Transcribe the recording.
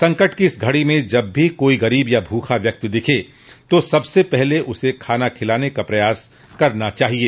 संकट की इस घड़ी में जब भी कोई गरीब या भूखा व्यक्ति दिखे तो सबसे पहले उसे खाना खिलाने का प्रयास करना चाहिए